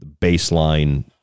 baseline